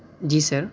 جی سر